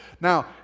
Now